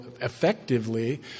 effectively